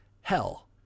hell